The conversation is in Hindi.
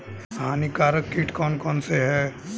हानिकारक कीट कौन कौन से हैं?